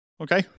okay